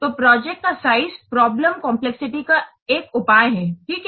तो प्रोजेक्ट का size problem complexity का एक उपाय है ठीक है